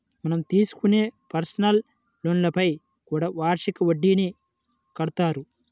మనం తీసుకునే పర్సనల్ లోన్లపైన కూడా వార్షిక వడ్డీని కడతారు